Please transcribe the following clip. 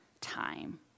time